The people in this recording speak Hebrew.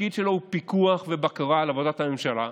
התפקיד שלה הוא פיקוח ובקרה על עבודת הממשלה.